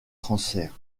transfert